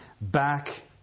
back